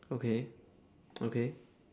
okay okay